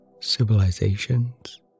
civilizations